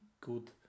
good